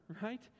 right